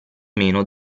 meno